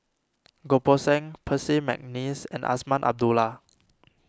Goh Poh Seng Percy McNeice and Azman Abdullah